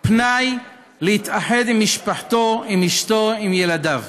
פנאי להתאחד עם משפחתו עם אשתו, עם ילדיו.